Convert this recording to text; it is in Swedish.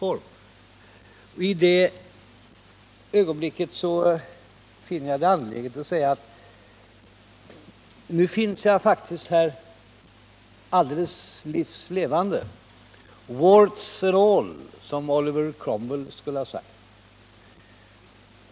Och i det ögonblicket finner jag det angeläget att säga att nu finns jag faktiskt här alldeles livs levande —”warts and all” , som Oliver Cromwell skulle ha sagt.